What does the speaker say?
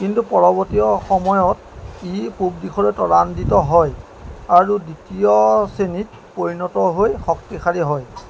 কিন্তু পৰৱৰ্তীয় সময়ত ই পূব দিশলৈ ত্বৰান্বিত হয় আৰু দ্বিতীয় শ্ৰেণীত পৰিণত হৈ শক্তিশালী হয়